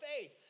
faith